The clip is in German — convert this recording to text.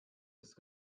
ist